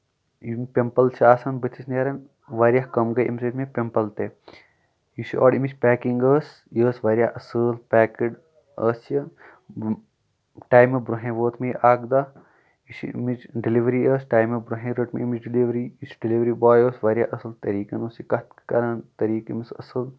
یِم پِمپٕل چھِ آسان بٕتھِس نیران واریاہ کَم گٔے اَمہِ سۭتۍ مےٚ پِمپٕل تہِ یہِ چھُ اورٕ اَمِچ پیکِنگ ٲسۍ یہِ ٲسۍ واریاہ اَصٕل پیکٕڈ ٲسۍ یہِ ٹایمہٕ برونہٕے ووت مےٚ یہِ اکھ دۄہ یہِ چھِ اَمِچ ڈیٚلِؤری ٲسۍ ٹایمہٕ برونہٕے رٔٹ مےٚ اَمِچ ڈیٚلِؤری یہِ ڈیٚلِؤری باے اوس واریاہ اَصٕل طٔریٖقن اوس یہِ کَتھ کران طٔریٖقہٕ یمِس اَصٕل